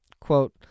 Quote